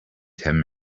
ten